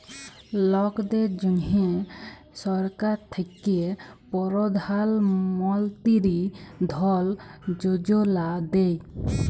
লকদের জ্যনহে সরকার থ্যাকে পরধাল মলতিরি ধল যোজলা দেই